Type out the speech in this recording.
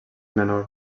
menors